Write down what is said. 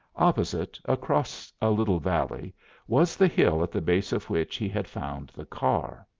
opposite, across a little valley was the hill at the base of which he had found the car.